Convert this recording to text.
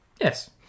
Yes